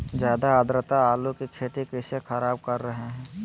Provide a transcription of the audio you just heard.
ज्यादा आद्रता आलू की खेती कैसे खराब कर रहे हैं?